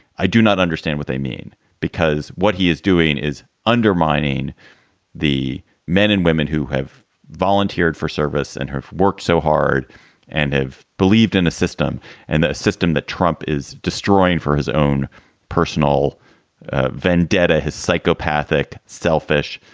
i do not understand what they mean because what he is doing is undermining the men and women who have volunteered for service and have worked so hard and have believed in a system and a system that trump is destroying for his own personal vendetta, his psychopathic, selfish,